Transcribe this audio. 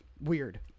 Weird